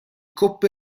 coppe